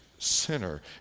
Sinner